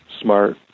smart